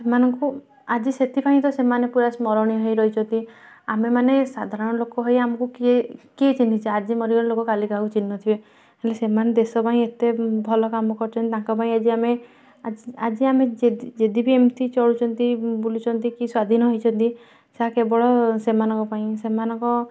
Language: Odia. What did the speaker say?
ସେମାନଙ୍କୁ ଆଜି ସେଥିପାଇଁ ତ ସେମାନେ ପୁରା ସ୍ମରଣୀୟ ହେଇ ରହିଛନ୍ତି ଆମେ ମାନେ ସାଧାରଣ ଲୋକ ହେଇ ଆମକୁ କିଏ କିଏ ଚିହ୍ନିଛି ଆଜି ମରିଗଲେ ଲୋକ କାଲି କାହାକୁ ଚିହ୍ନିନଥିବେ ହେଲେ ସେମାନେ ଦେଶ ପାଇଁ ଏତେ ଭଲ କାମ କରିଛନ୍ତି ଯେ ତାଙ୍କ ପାଇଁ ଆଜି ଆମେ ଆଜି ଆମେ ଯେଦି ବି ଏମିତି ଚଳୁଛନ୍ତି ବୁଲୁଛନ୍ତି କି ସ୍ୱାଧୀନ ହେଇଛନ୍ତି ତାହା କେବଳ ସେମାନଙ୍କ ପାଇଁ ସେମାନଙ୍କ